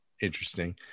interesting